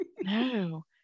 No